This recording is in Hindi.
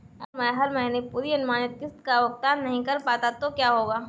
अगर मैं हर महीने पूरी अनुमानित किश्त का भुगतान नहीं कर पाता तो क्या होगा?